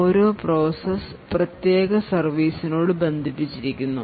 ഓരോ പ്രോസസ് പ്രത്യേക സെർവീസിനോട് ബന്ധിപ്പിച്ചിരിക്കുന്നു